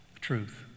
truth